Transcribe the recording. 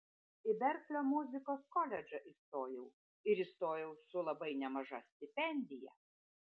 į berklio muzikos koledžą įstojau ir įstojau su labai nemaža stipendija